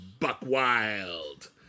Buckwild